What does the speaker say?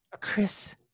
Chris